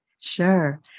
Sure